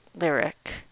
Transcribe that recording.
lyric